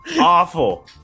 awful